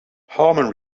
harmon